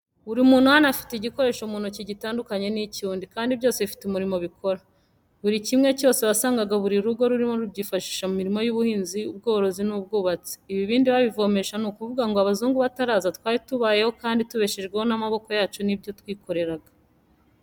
Buri muntu hano afite igikoresho mu ntoki gitandukanye n'icy'undi kandi byose bifite umurimo bikora. Buri kimwe cyose wasangaga buri rugo rurimo rubyifashisha mu mirimo y'ubuhinzi, ubworozi n'ubwubatsi. Ibibindi babivomesha ni ukuvuga ngo abazungu bataraza twari tubayeho kandi tubeshejweho n'amaboko yacu n'ibyo twikoreraga.